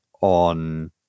on